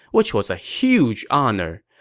which was a huge honor.